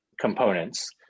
components